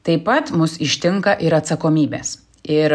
taip pat mus ištinka ir atsakomybės ir